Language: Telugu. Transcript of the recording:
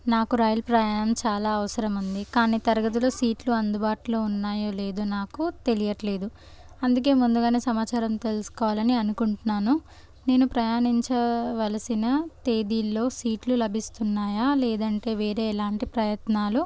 నాకు రైలు ప్రయాణం చాలా అవసరముంది కానీ తరగతిలో సీట్లు అందుబాటులో ఉన్నాయో లేదో నాకు తెలియడంలేదు అందుకే ముందుగానే సమాచారం తెలుసుకోవాలని అనుకుంటున్నాను నేను ప్రయాణించవలసిన తేదీల్లో సీట్లు లభిస్తున్నాయా లేదంటే వేరే ఎలాంటి ప్రయత్నాలు